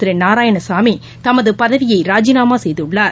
திருநாராயணசாமிதமதுபதவியைராஜிநாமாசெய்துள்ளார்